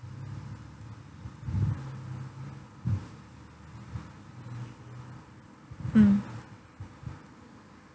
mm